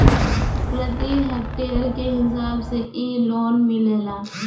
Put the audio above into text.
प्रति हेक्टेयर के हिसाब से इ लोन मिलेला